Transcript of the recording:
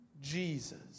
Jesus